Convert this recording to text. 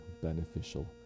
beneficial